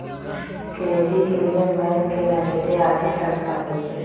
credit union bank के नाहिते आर्थिक संस्था होइ छइ